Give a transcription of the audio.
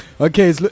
okay